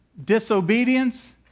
Disobedience